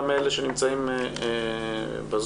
גם אלה שנמצאים בזום.